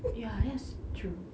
ya that's true